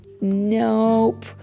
Nope